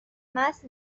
مست